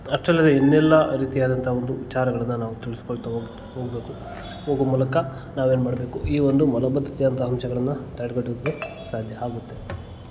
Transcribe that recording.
ಅಷ್ಟೇ ಅಲ್ಲದೆ ಇನ್ನೆಲ್ಲಾ ರೀತಿ ಆದಂತಹ ಒಂದು ವಿಚಾರಗಳನ್ನು ನಾವು ತಿಳಿಸಿಕೊಳ್ತಾ ಹೋಗ ಹೋಗಬೇಕು ಹೋಗುವ ಮೂಲಕ ನಾವು ಏನು ಮಾಡಬೇಕು ಈ ಒಂದು ಮೊಲಬದ್ಧತೆ ಅಂತ ಅಂಶಗಳನ್ನು ತಡೆಗಟ್ಟೋದಕ್ಕೆ ಸಾಧ್ಯ ಆಗುತ್ತೆ